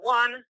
one